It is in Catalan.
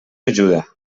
ajuda